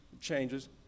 Changes